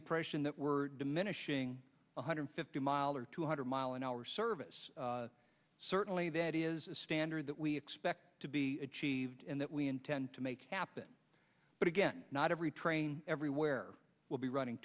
impression that we're diminishing one hundred fifty miles or two hundred mile an hour service certainly that is a standard that we expect to be achieved and that we intend to make happen but again not every train everywhere will be running